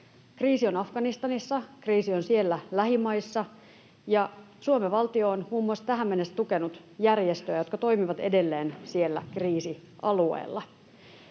Kriisi on Afganistanissa, kriisi on siellä lähimaissa, ja Suomen valtio on tähän mennessä muun muassa tukenut järjestöjä, jotka toimivat edelleen siellä kriisialueella.